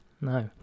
no